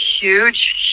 huge